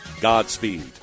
Godspeed